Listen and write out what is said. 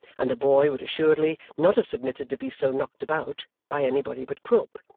and the boy would assuredly not have submitted to be so knocked about by anybody but quilp,